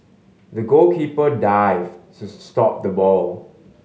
the goalkeeper dived to stop the ball